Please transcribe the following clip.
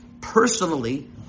personally